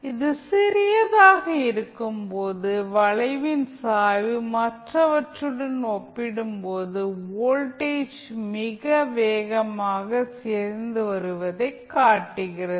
இது சிறியதாக இருக்கும் போது வளைவின் சாய்வு மற்றவற்றுடன் ஒப்பிடும்போது வோல்டேஜ் மிக வேகமாக சிதைந்து வருவதைக் காட்டுகிறது